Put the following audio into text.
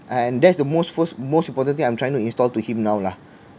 and that's the most first most important thing I'm trying to install to him now lah